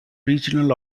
regional